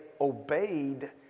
obeyed